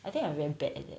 I think I'm very bad at that